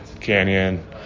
Canyon